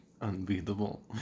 Unbeatable